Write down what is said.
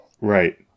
Right